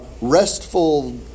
restful